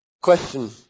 question